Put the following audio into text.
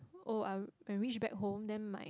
orh I when reach back home then my